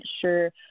sure